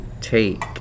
take